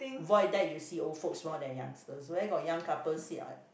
void deck you see old folks more than youngsters where got young couple sit on on